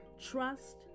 trust